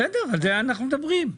בסדר, על זה אנחנו מדברים.